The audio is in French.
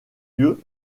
lieu